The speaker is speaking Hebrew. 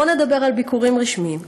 בוא נדבר על ביקורים רשמיים.